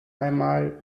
einmal